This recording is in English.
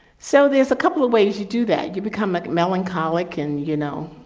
so there's a couple of ways you do that you become a melancholic and, you know,